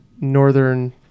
northern